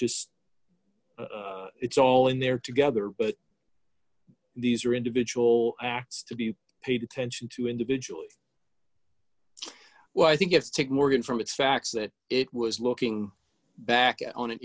just it's all in there together but these are individual acts to be paid attention to individually well i think if take morgan from its facts that it was looking back on an